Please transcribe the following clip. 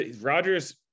rogers